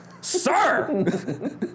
Sir